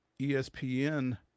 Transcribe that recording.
ESPN